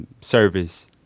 service